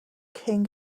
king